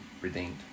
redeemed